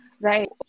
right